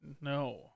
no